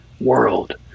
world